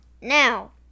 now